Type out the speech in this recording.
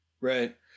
Right